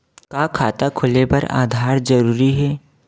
का खाता खोले बर आधार जरूरी हे?